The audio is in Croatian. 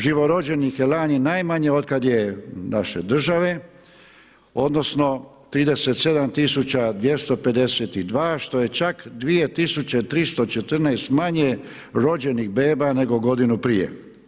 Živorođenih je lani najmanje od kad je naše države, odnosno 37252 što je čak 2314 manje rođenih beba nego godinu prije.